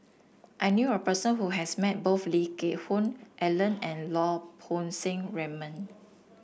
I knew a person who has met both Lee Geck Hoon Ellen and Lau Poo Seng Raymond